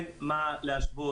אין מה להשוות.